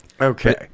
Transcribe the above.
Okay